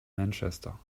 manchester